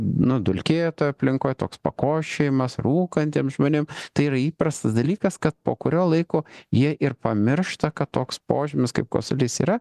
nu dulkėtoj aplinkoj toks pakosčiojimas rūkantiem žmonėm tai yra įprastas dalykas kad po kurio laiko jie ir pamiršta kad toks požymis kaip kosulys yra